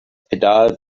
pedal